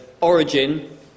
origin